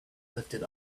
lifted